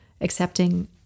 accepting